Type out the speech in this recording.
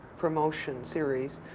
promotion series,